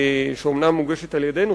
שאומנם מוגשת על-ידינו,